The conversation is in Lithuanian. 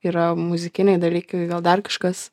yra muzikiniai dalykai gal dar kažkas